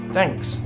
Thanks